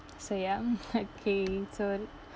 so ya mm okay so